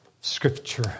scripture